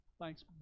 thanks